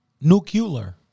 Nuclear